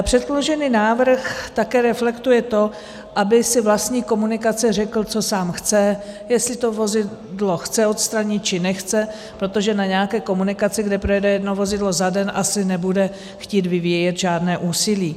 Předložený návrh také reflektuje to, aby si vlastník komunikace řekl, co sám chce, jestli to vozidlo chce odstranit, či nechce, protože na nějaké komunikaci, kde projede jedno vozidlo za den, asi nebude chtít vyvíjet žádné úsilí.